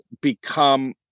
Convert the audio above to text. become